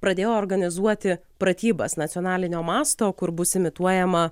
pradėjo organizuoti pratybas nacionalinio masto kur bus imituojama